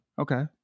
Okay